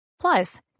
plus